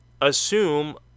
assume